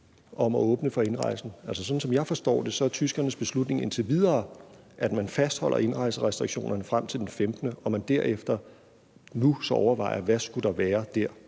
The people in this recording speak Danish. om at åbne for indrejse. Sådan som jeg forstår det, er tyskernes beslutning indtil videre, at man fastholder indrejserestriktionerne frem til den 15., og at man nu så overvejer, hvad der skal være der